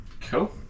Cool